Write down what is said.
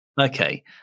Okay